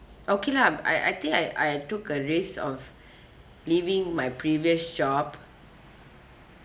okay lah I I think I I took a risk of leaving my previous job